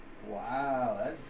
Wow